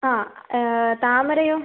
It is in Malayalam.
ആ താമരയോ